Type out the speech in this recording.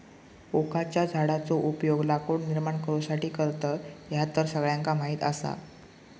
ओकाच्या झाडाचो उपयोग लाकूड निर्माण करुसाठी करतत, ह्या तर सगळ्यांका माहीत आसा